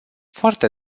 foarte